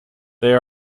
they